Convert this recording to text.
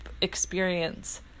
experience